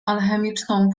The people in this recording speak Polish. alchemiczną